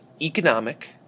Economic